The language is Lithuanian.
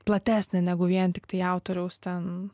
platesnė negu vien tiktai autoriaus ten